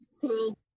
Cool